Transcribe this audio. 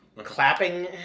clapping